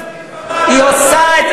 היא עושה,